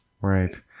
Right